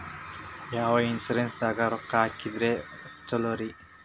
ಯಾವ ಇನ್ಶೂರೆನ್ಸ್ ದಾಗ ರೊಕ್ಕ ಹಾಕಿದ್ರ ಛಲೋರಿ?